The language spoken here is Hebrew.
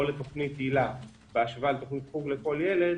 או לתוכנית היל"ה בהשוואה לתוכנית חוג לכל ילד,